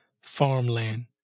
farmland